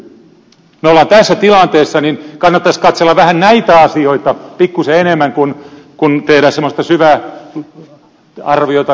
kun me olemme tässä tilanteessa niin kannattaisi katsella näitä asioita pikkuisen enemmän kuin tehdä semmoista syvää arviota naapurimaasta